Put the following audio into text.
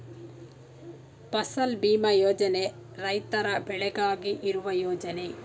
ಫಸಲ್ ಭೀಮಾ ಯೋಜನೆ ರೈತರ ಬೆಳೆಗಾಗಿ ಇರುವ ಯೋಜನೆ